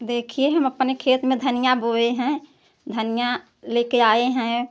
देखिए हम अपने खेत में धनिया बोए हैं धनिया ले कर आए हैं